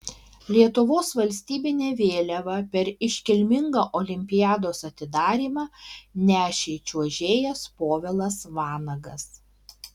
lietuvos valstybinę vėliavą per iškilmingą olimpiados atidarymą nešė čiuožėjas povilas vanagas